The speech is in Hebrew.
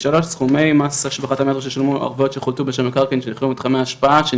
על שומת ההשבחה או